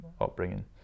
upbringing